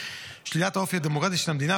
שלילת האופי הדמוקרטי של המדינה,